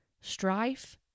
strife